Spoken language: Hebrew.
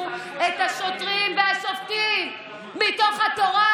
את השוטרים ואת השופטים מתוך התורה,